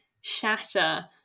shatter